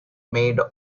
made